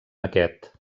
aquest